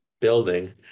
building